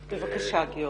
בבקשה, גיורא.